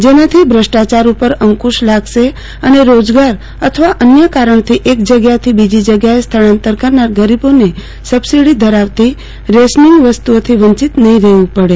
જેનાથી ભષ્ટાચાર ઉપર અંકુશ લાગશે અને રોજગાર અથવા અન્ય કારણથી અક જગ્યાએથી બીજી જગ્યાએ સ્થળાંતર કરનાર ગરીબોને સબસીડી ધરાવતી રેશનીંગ ચીજવસ્તુઓથી વંચિત નફી રહેવુ પડે